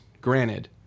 granted